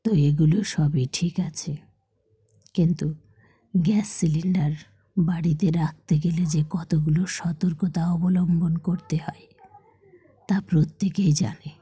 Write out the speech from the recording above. তো এগুলো সবই ঠিক আছে কিন্তু গ্যাস সিলিন্ডার বাড়িতে রাখতে গেলে যে কতগুলো সতর্কতা অবলম্বন করতে হয় তা প্রত্যেকেই জানে